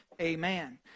Amen